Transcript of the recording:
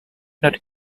not